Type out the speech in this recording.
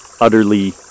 utterly